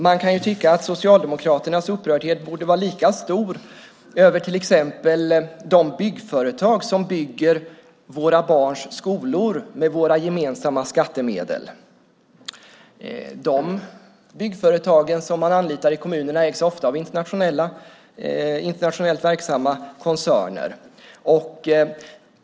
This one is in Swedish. Man kan tycka att Socialdemokraternas upprördhet borde vara lika stor över till exempel de byggföretag som bygger våra barns skolor med våra gemensamma skattemedel. De byggföretag som kommunerna anlitar ägs ofta av internationellt verksamma koncerner.